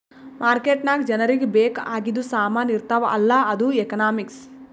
market ನಾಗ್ ಜನರಿಗ ಬೇಕ್ ಆಗಿದು ಸಾಮಾನ್ ಇರ್ತಾವ ಅಲ್ಲ ಅದು ಎಕನಾಮಿಕ್ಸ್